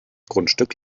grundstück